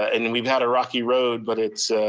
and we've had a rocky road, but it's